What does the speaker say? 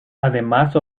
además